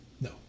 No